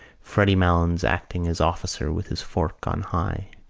freddy malins acting as officer with his fork on high.